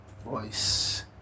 voice